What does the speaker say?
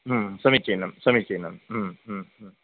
समीचीनं समीचीनम्